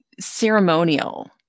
Ceremonial